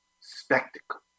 spectacle